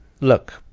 look